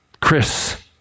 Chris